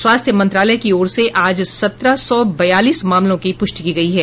स्वास्थ्य विभाग की ओर से आज सत्रह सौ बयालीस मामलों की पुष्टि की गयी है